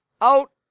out